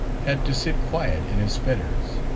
had to sit quiet in his fetters.